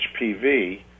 HPV